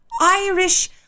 Irish